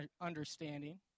understanding